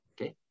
okay